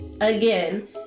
again